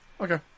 Okay